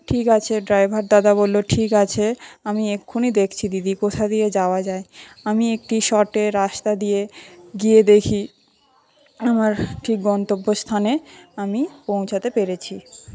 ঠিক আছে ড্রাইভার দাদা বললো ঠিক আছে আমি এক্ষুনি দেখছি দিদি কোথা দিয়ে যাওয়া যায় আমি একটি শর্টে রাস্তা দিয়ে গিয়ে দেখি আমার ঠিক গন্তব্যস্থানে আমি পৌঁছতে পেরেছি